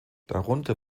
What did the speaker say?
darunter